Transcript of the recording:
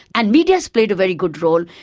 and media's played a very good role,